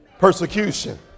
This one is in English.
persecution